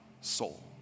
soul